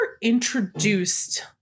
introduced